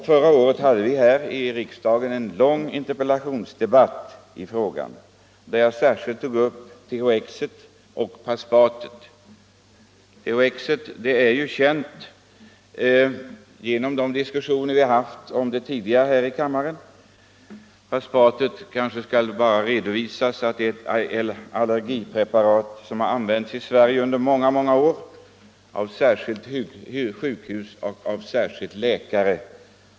Förra året hade vi här i riksdagen en lång interpellationsdebatt i frågan, då jag särskilt tog upp THX och Paspat. THX är känt genom de diskussioner vi haft om det tidigare här i kammaren. Om Paspat skall jag bara redovisa att det är ett allergipreparat som i många år använts i Sverige, särskilt av sjukhus och läkare.